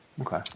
Okay